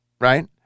Right